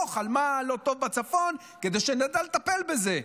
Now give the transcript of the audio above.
דוח על מה שלא טוב בצפון כדי שנדע לטפל בזה.